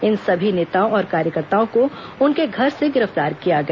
इन सभी नेताओं और कार्यकर्ताओं को उनके घर से गिरफ्तार किया गया